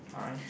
alright